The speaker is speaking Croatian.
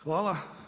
Hvala.